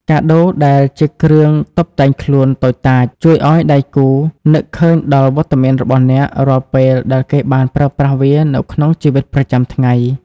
កាដូដែលជាគ្រឿងតុបតែងខ្លួនតូចតាច ជួយឱ្យដៃគូនឹកឃើញដល់វត្តមានរបស់អ្នករាល់ពេលដែលគេបានប្រើប្រាស់វានៅក្នុងជីវិតប្រចាំថ្ងៃ។